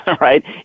right